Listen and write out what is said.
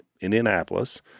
Indianapolis